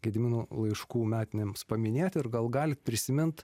gedimino laiškų metinėms paminėti ir gal galit prisimint